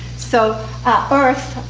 so earth,